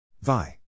Vi